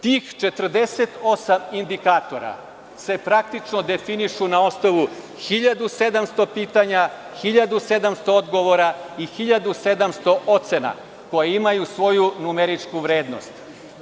Tih 48 indikatora se definišu na osnovu 1700 pitanja, 1700 odgovora i 1700 ocena koje imaju svoju numeričku vrednost.